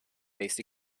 based